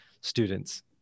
students